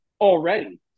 already